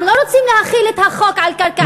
אנחנו לא רוצים להחיל את החוק על קרקע פרטית,